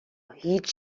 هیچ